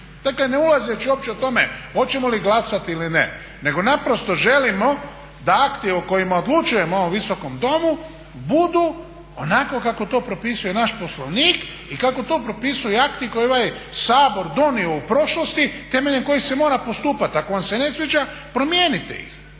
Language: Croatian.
Dakle ne ulazeći uopće o tome hoćemo li glasati ili ne, nego naprosto želimo da akti o kojima odlučujemo u ovom Visokom domu budu onako kako to propisuje naš Poslovnik i kako to propisuju i akti koje je ovaj Sabor donio u prošlosti temeljem kojih se mora postupati. Ako vam se ne sviđa promijenite ih.